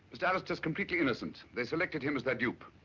mr. alastair is completely innocent. they selected him as their